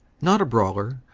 not a brawler,